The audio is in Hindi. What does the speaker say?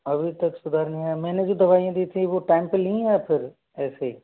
अभी तक सुधार नहीं आया मैंने जो दवाईयाँ दी थी वो टाइम पर ली हैं या फिर ऐसे ही